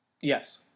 Yes